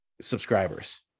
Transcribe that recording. subscribers